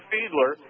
Fiedler